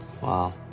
Wow